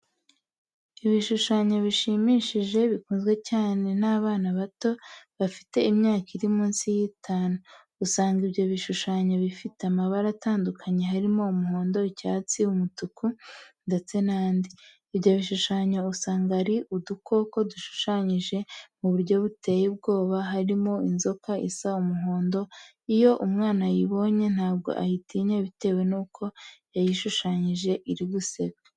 Ibishushanyo bishimishije bikunzwe cyane n'abana bato, bafite imyaka iri munsi y'itanu, usanga ibyo bishushanyo bifite amabara atandukanye harimo umuhondo, icyatsi, umutuku, ndetse n'andi. Ibyo bishushanyo usanga ari udukoko dushushanyije mu buryo budateye ubwoba, harimo inzoka isa umuhondo, iyo umwana ayibonye ntabwo ayitinya bitewe nuko bayishushanyije iri guseka.